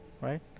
right